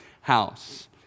house